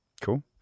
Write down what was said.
Cool